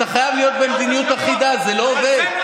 אתה חייב להיות במדיניות אחידה, זה לא עובד.